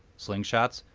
sling shots,